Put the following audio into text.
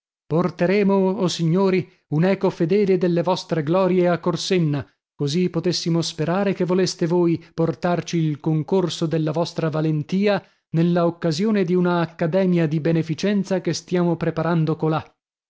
porteremo o signori un'eco fedele delle vostre glorie a corsenna così potessimo sperare che voleste voi portarci il concorso della vostra valentia nella occasione di una accademia di beneficenza che stiamo preparando colà